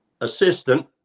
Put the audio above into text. assistant